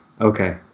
Okay